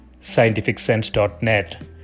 scientificsense.net